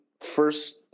first